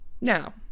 Now